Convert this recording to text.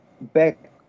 back